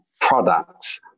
products